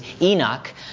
Enoch